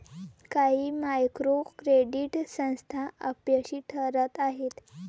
काही micro credit संस्था अपयशी ठरत आहेत